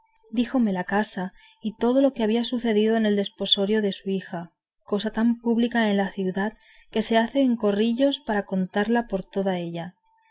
oír díjome la casa y todo lo que había sucedido en el desposorio de su hija cosa tan pública en la ciudad que se hace en corrillos para contarla por toda ella